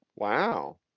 Wow